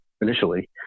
initially